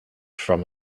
from